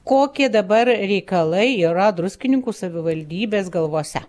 kokie dabar reikalai yra druskininkų savivaldybės galvose